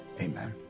amen